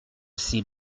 ses